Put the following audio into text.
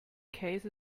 case